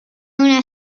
una